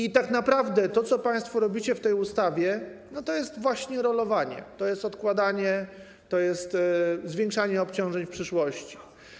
I tak naprawdę to, co państwo robicie w tej ustawie, to jest właśnie rolowanie, to jest odkładanie, to jest zwiększanie obciążeń w przyszłości.